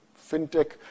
fintech